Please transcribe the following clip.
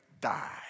die